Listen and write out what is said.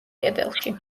კედელში